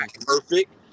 perfect